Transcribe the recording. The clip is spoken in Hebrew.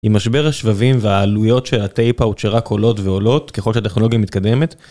עם משבר השבבים והעלויות של הטייפאוט שרק עולות ועולות ככל שהטכנולוגיה מתקדמת.